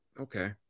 Okay